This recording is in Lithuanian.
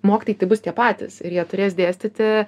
mokytojai tai bus tie patys ir jie turės dėstyti